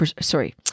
sorry